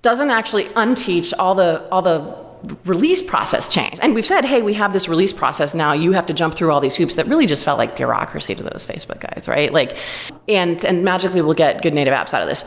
doesn't actually unteach all the all the release process change. sedfb two and we've said, hey, we have this release process. now you have to jump through all these hoops, that really just felt like bureaucracy to those facebook guys, right? like and and magically we'll get good native apps out of this.